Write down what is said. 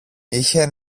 είχε